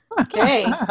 Okay